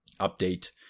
update